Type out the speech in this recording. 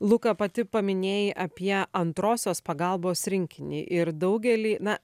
luka pati paminėjai apie antrosios pagalbos rinkinį ir daugelį na